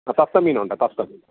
ആ തത്ത മീനുണ്ട് തത്ത മീന്